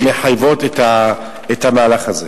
שמחייבות את המהלך הזה.